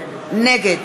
נגד